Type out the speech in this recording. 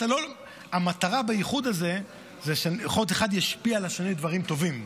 המטרה באיחוד הזה זה שאחד ישפיע על השני דברים טובים,